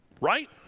Right